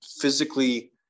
physically